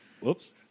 Whoops